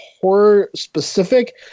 horror-specific